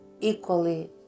equally